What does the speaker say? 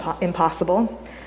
impossible